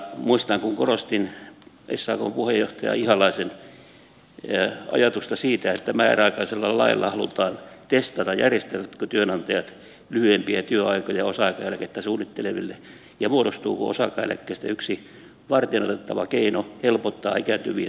muistan kun korostin sakn puheenjohtaja ihalaisen ajatusta siitä että määräaikaisella lailla halutaan testata järjestävätkö työnantajat lyhyempiä työaikoja osa aikaeläkettä suunnitteleville ja muodostuuko osa aikaeläkkeistä yksi varteenotettava keino helpottaa ikääntyvien työssäjaksamista